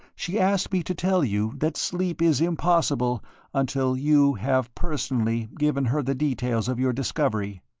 she asked me to tell you that sleep is impossible until you have personally given her the details of your discovery.